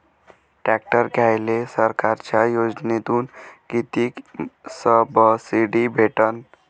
Tractor घ्यायले सरकारच्या योजनेतून किती सबसिडी भेटन?